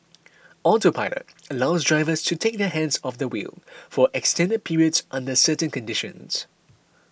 autopilot allows drivers to take their hands off the wheel for extended periods under certain conditions